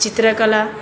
ચિત્રકલા